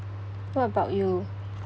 what about you